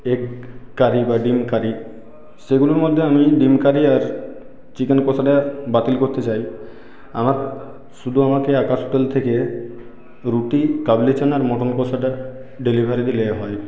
egg curry বা ডিম curry সেগুলোর মধ্যে আমি ডিম কারি আর চিকেন কষাটা বাতিল করতে চাই আমার শুধু আমাকে আকাশ হোটেল থেকে রুটি কাবলি চানা মটন কষাটা ডেলিভারি দিলে হয়